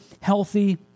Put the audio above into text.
healthy